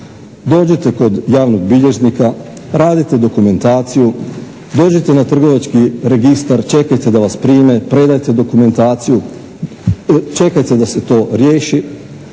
Dođete kod javnog bilježnika, radite dokumentaciju, dođete na trgovački registar, čekate da vas prime, predate dokumentaciju, čekate da se to riješi.